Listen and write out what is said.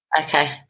Okay